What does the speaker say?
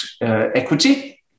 equity